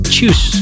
Choose